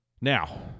now